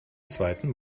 zweiten